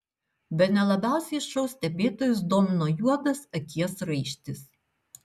bene labiausiai šou stebėtojus domino juodas akies raištis